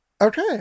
okay